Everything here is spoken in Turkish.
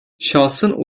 şahsın